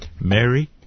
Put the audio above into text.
Mary